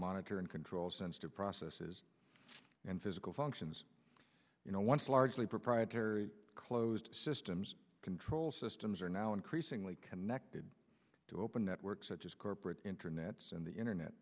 monitor and control sensitive processes and physical functions you know once largely proprietary closed systems control systems are now increasingly connected to open networks such as corporate internets and the internet